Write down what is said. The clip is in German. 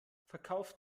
verkauft